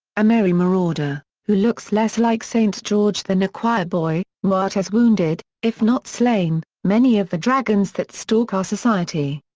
a merry marauder, who looks less like st. george than a choirboy, newhart has wounded, if not slain, many of the dragons that stalk our society.